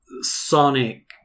Sonic